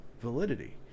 validity